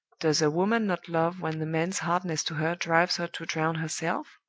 does a woman not love when the man's hardness to her drives her to drown herself?